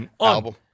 album